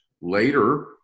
Later